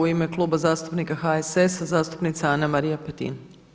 U ime Kluba zastupnika HSS-a zastupnica Ana-Marija Petin.